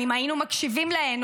אם היינו מקשיבים להן,